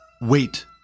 wait